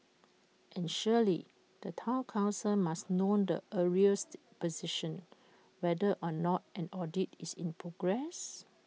and surely the Town Council must know the arrears position whether or not an audit is in progress